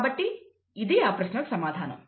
కాబట్టి ఇది ఆ ప్రశ్నకు సమాధానం